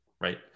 right